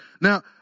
Now